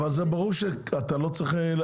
אבל זה ברור שאתה לא צריך,